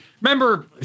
Remember